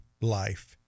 life